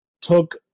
took